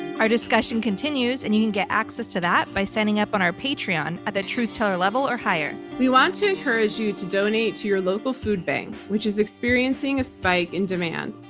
our discussion continues and you can get access to that by signing up on our patreon at the truth teller level or higher. we want to encourage you to donate to your local food bank, which is experiencing a spike in demand.